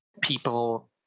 people